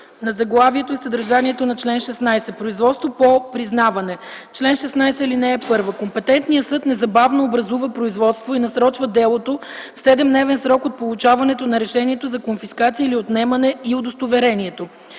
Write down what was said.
на заглавието и съдържанието на чл. 16: „Производство по признаване Чл. 16.(1) Компетентният съд незабавно образува производство и насрочва делото в 7-дневен срок от получаването на решението за конфискация или отнемане и удостоверението.